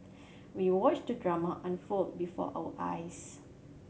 we watched the drama unfold before our eyes